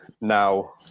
now